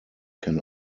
can